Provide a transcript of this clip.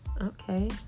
Okay